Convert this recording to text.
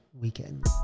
weekend